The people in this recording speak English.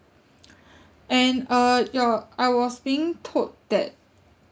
and uh ya I was being told that